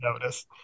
notice